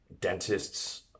dentists